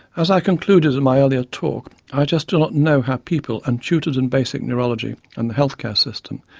as i concluded in my earlier talk i just do not know how people, untutored in basic neurology and the health care system,